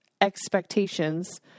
expectations